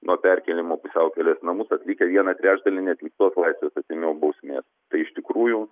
nuo perkėlimo pusiaukelės namus atlikę vieną trečdalį neatliktos laisvės atėmimo bausmės tai iš tikrųjų